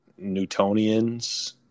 Newtonians